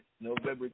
November